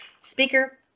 speaker